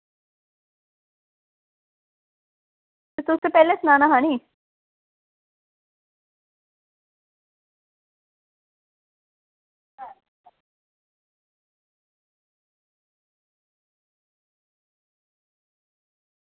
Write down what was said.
ते तुसें पैह्लें स नाना हा नी